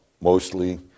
mostly